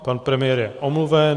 Pan premiér je omluven.